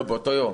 באותו יום.